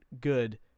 good